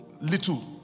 Little